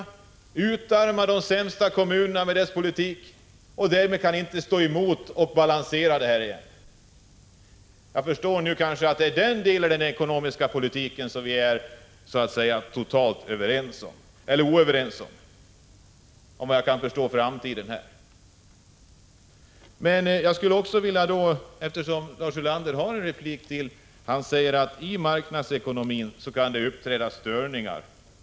Därmed utarmas de sämst ställda kommunerna, så att de inte kan bidra till att upprätthålla balansen. Kanske är det den delen i den ekonomiska politiken som vi är totalt oense om. Eftersom Lars Ulander har en replik till vill jag anknyta till det han sade om att det i marknadsekonomin kan uppträda störningar.